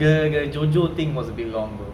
the the jojo thing was a bit long though